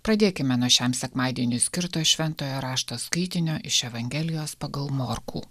pradėkime nuo šiam sekmadieniui skirtos šventojo rašto skaitinio iš evangelijos pagal morkų